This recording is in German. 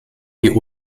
die